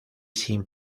sin